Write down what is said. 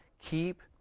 keep